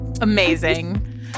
Amazing